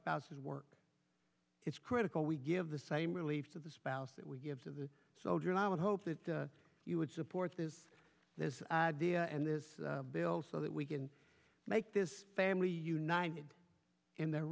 spouses work it's critical we give the same relief to the spouse that we give to the soldier and i would hope that you would support this this and this bill so that we can make this family united in the